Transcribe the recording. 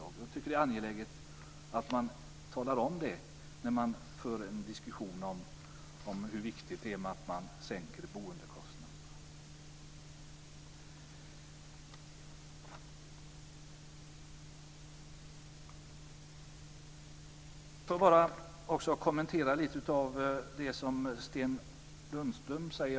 Jag tycker att det är angeläget att man talar om det när man för en diskussion om hur viktigt det är att sänka boendekostnaderna. Jag ska också kommentera lite av det som Sten Lundström sade.